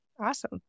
Awesome